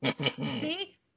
See